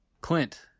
Clint